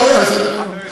לא היה על סדר-היום.